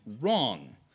wrong